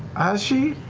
has she?